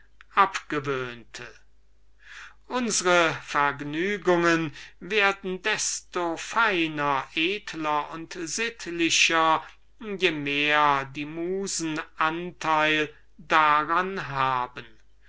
lassen unsre vergnügungen werden desto feiner edler und sittlicher je mehr die musen anteil daran haben